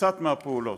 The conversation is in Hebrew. מקצת מהפעולות,